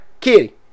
Kitty